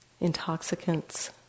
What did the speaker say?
intoxicants